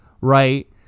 right